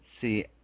see